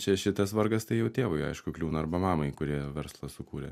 čia šitas vargas tai jau tėvui aišku kliūna arba mamai kurie verslą sukūrė